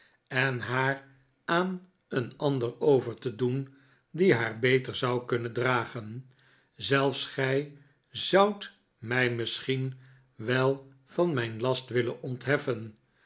en haar aan een ander over te doen die haar beter zou kunnen dragen zelfs gij zoudt mij misschien wel van mijn last willen ontheffen